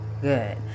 good